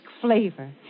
flavor